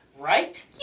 Right